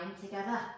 together